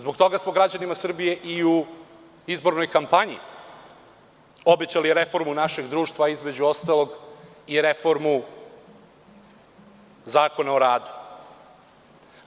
Zbog toga smo građanima Srbije i izbornoj kampanji obećali reformu našeg društva, između ostalog, i reformu Zakona oradu.